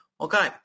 Okay